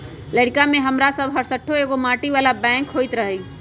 लइरका में हमरा लग हरशठ्ठो एगो माटी बला बैंक होइत रहइ